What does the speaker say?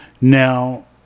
Now